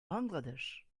bangladesh